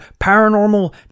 paranormal